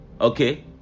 okay